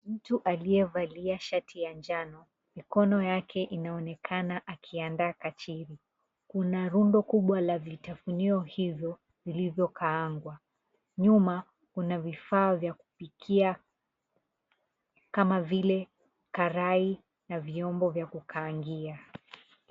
Mtu aliyevalia shati ya njano, mikono yake inaonekana akiandaa kachili. Kuna rundo kubwa la vitafunio hivyo vilivyokaangwa. Nyuma kuna vifaa vya kupikia kama vile karai na vyombo vya kukaangia.